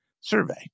survey